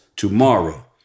Tomorrow